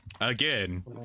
Again